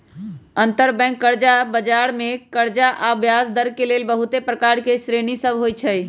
अंतरबैंक कर्जा बजार मे कर्जा आऽ ब्याजदर के लेल बहुते प्रकार के श्रेणि सभ होइ छइ